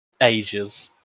ages